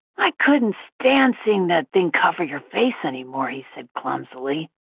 i couldn't stand seeing that thing cover your face anymore, he said clumsily.